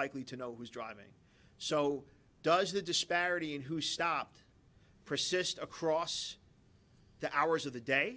likely to know who's driving so does the disparity in who stopped persist across the hours of the day